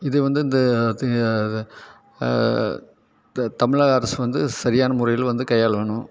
இதுவந்து இந்த இந்த தமிழக அரசு வந்து சரியான முறையில் வந்து கையாளணும்